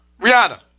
Rihanna